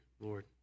Lord